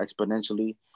exponentially